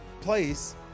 place